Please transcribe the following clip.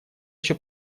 еще